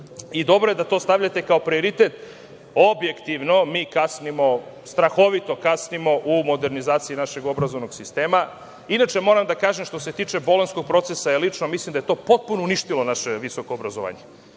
i dobro je da to stavljate kao prioritet. Objektivno mi kasnimo, strahovito kasnimo u modernizaciji našeg obrazovnog sistema. Inače, moram da kažem, što se tiče Boljonjskog procesa, ja lično mislim da je to potpuno uništilo naše visoko obrazovanje